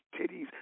titties